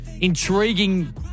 intriguing